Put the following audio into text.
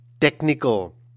technical